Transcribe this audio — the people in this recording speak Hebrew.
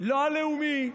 לא הכלכלי, לא הלאומי,